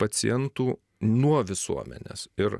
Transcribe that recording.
pacientų nuo visuomenės ir